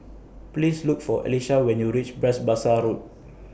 Please Look For Elisha when YOU REACH Bras Basah Road